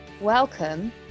Welcome